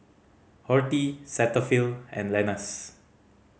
Horti Cetaphil and Lenas